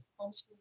homeschool